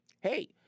Hey